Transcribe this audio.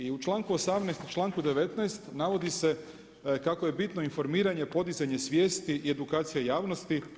I u članku 18. i članku 19. navodi se kako je bitno informiranje, podizanje svijesti i edukacija javnosti.